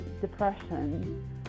depression